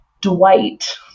Dwight